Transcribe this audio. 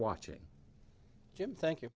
watching jim thank you